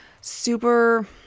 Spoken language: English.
super